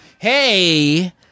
hey